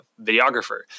videographer